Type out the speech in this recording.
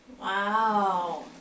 Wow